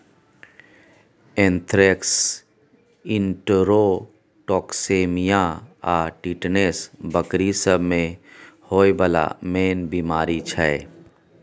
anthrax, enterotoxaemia आ tetanus बकरी सब मे होइ बला मेन बेमारी छै